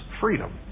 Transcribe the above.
freedom